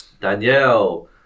danielle